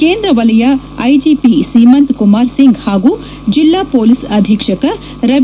ಕೇಂದ್ರ ವಲಯ ಐಟಿಪಿ ಸೀಮಂತ್ ಕುಮಾರ್ ಸಿಂಗ್ ಹಾಗೂ ಜೆಲ್ಲಾ ಹೊಲೀಸ್ ಅಧೀಕ್ಷಕ ರವಿ